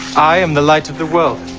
i am the light of the world